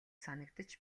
санагдаж